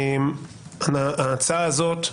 ההצעה הזאת,